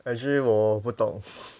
actually 我不懂